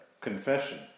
confession